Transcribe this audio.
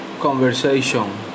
conversation